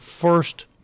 first